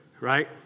right